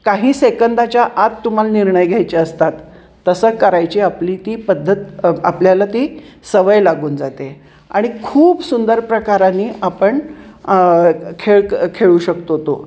काही सेकंदाच्या आत तुम्हाला निर्णय घ्यायचे असतात तसं करायची आपली ती पद्धत आपल्याला ती सवय लागून जाते आणि खूप सुंदर प्रकाराने आपण खेळ खेळू शकतो तो